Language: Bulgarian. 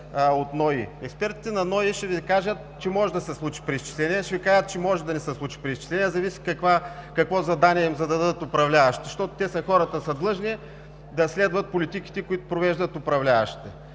от НОИ. Експертите на НОИ ще Ви кажат, че може да се случи преизчисление, ще Ви кажат, че може да не се случи преизчисление, защото зависи какво задание ще им зададат управляващите, защото хората са длъжни да следват политиките, които провеждат управляващите.